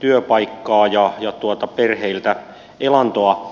työpaikkaa ja perheiltä elantoa